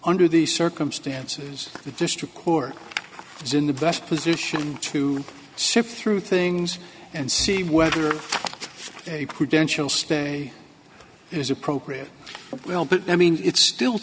under these circumstances the district court is in the best position to sift through things and see whether a prudential stay is appropriate well but i mean it's still